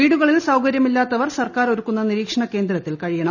വീടുകളിൽ സൌകര്യമില്ലാത്തവർ സർക്കാർ ഒരുക്കുന്ന നിരീക്ഷണ കേന്ദ്രത്തിൽ കഴിയണം